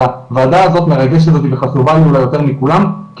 אבל הוועדה הזאת מרגשת אותי וחשובה לי אולי יותר מכולם כי